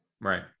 Right